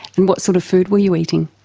and what sort of food were you eating?